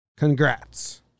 Congrats